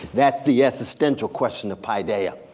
that's the existential question of paideia.